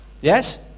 Yes